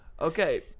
Okay